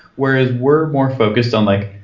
whereas we're more focused on like,